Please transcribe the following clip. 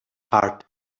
heart